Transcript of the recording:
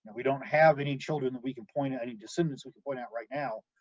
and we don't have any children that we can point out any descendants we can point out right now